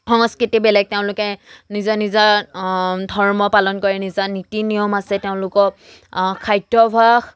সংস্কৃতি বেলেগ তেওঁলোকে নিজা নিজা ধৰ্ম পালন কৰে নিজা নীতি নিয়ম আছে তেওঁলোকৰ খাদ্যভাস